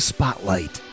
Spotlight